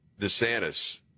DeSantis